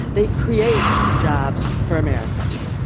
they create jobs for americans.